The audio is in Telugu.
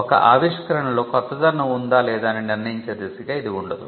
ఒక ఆవిష్కరణలో కొత్తదనం ఉందా లేదా అని నిర్ణయించే దిశగా ఇది ఉండదు